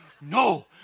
No